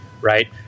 right